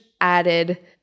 added